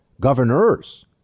governors